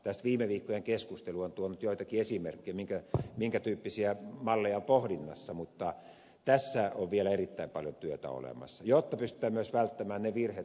tästä viime viikkojen keskustelu on tuonut joitakin esimerkkejä minkä tyyppisiä malleja on pohdinnassa mutta tässä on vielä erittäin paljon työtä olemassa jotta pystytään myös välttämään ne virheet mihin ed